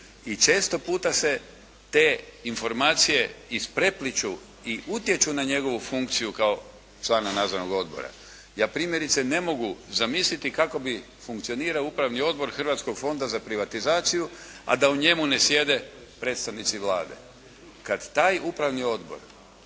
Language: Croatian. i često puta se te informacije isprepliću i utječu na njegovu funkciju kao člana nadzornog odbora. Ja primjerice ne mogu zamisliti kako bi funkcioniraju Upravni odbor Hrvatskog fonda za privatizaciju, a da u njemu ne sjede predstavnici Vlade. Kad taj Upravni odbor